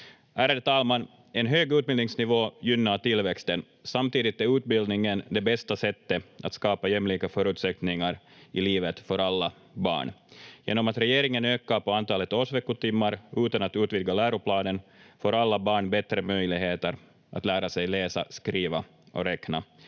Ärade talman! En hög utbildningsnivå gynnar tillväxten. Samtidigt är utbildningen det bästa sättet att skapa jämlika förutsättningar i livet för alla barn. Genom att regeringen ökar på antalet årsveckotimmar, utan att utvidga läroplanen, får alla barn bättre möjligheter att lära sig läsa, skriva och räkna.